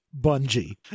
Bungie